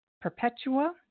Perpetua